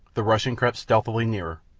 the russian crept stealthily nearer.